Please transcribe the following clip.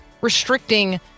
restricting